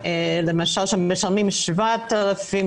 למשל משלמים 7,000,